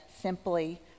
simply